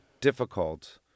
difficult